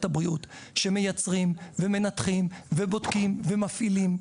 הבריאות שמייצרים ומנתחים ובודקים ומפעילים.